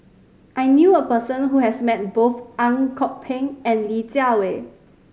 I knew a person who has met both Ang Kok Peng and Li Jiawei